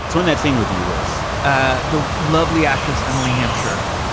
so in that scene with you was. ah the lovely actress emily hampshire,